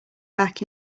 back